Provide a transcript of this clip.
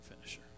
finisher